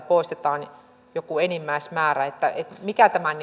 poistetaan joku enimmäismäärä mikä tämän